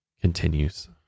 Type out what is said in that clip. continues